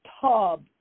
tub